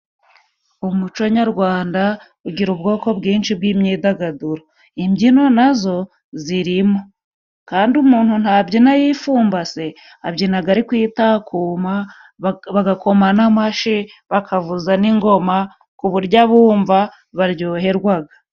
Umuco nyarwanda ugira ubwoko bwinshi bw'imyidagaduro. Imbyino nazo zirimo. Kandi umuntu ntabyina yifumbase, abyinaga ari kwitakuma bagakoma n'amashi, bakavuza n'ingoma. Ku buryo abumva baryoherwaga.